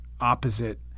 opposite